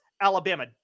Alabama